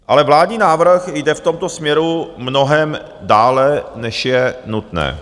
Ale vládní návrh jde v tomto směru mnohem dále, než je nutné.